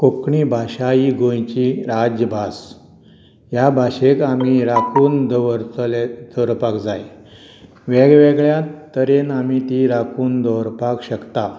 कोंकणी भाशा ही गोंयची राज्यभास ह्या भाशेक आमी राखून दवरतले दवरपाक जाय वेगवेगळ्या तरेन आमी ती राखून दवरपाक शकता